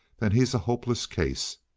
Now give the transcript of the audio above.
then he's a hopeless case.